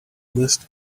list